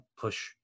push